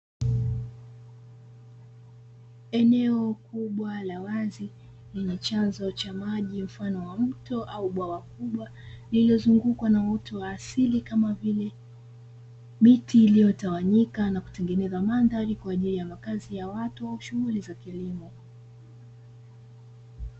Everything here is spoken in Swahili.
Eneo kubwa la wazi lenye chanzo cha maji mfano wa mto au bwawa kubwa , lililozungukwa na uoto wa asili kama vile miti iliyotawanyika na kutengeneza madhari kwa ajili ya makazi ya watu au shunghuli za kilimo.